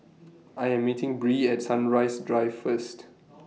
I Am meeting Bree At Sunrise Drive First